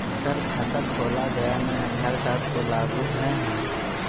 Sir खाता खोला गया मैं आधार कार्ड को लागू है हां?